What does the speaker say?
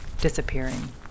disappearing